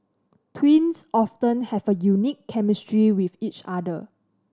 twins often have a unique chemistry with each other